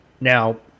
Now